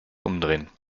umdrehen